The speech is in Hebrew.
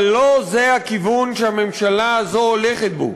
אבל לא זה הכיוון שהממשלה הזאת הולכת בו.